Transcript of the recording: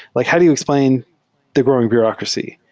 like how do you explain the growing bureaucracy?